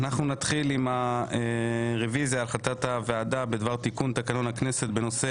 אנחנו נתחיל עם הרביזיה על החלטת הוועדה בדבר תיקון תקנות הכנסת בנושא